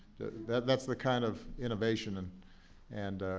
that's the kind of innovation and and